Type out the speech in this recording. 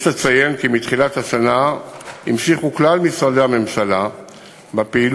יש לציין כי מתחילת השנה המשיכו כלל משרדי הממשלה בפעילות